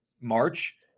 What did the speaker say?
March